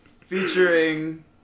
Featuring